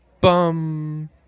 bum